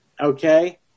okay